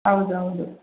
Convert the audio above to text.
ಹೌದೌದು